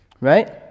Right